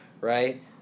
right